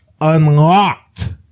unlocked